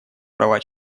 права